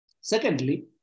Secondly